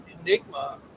Enigma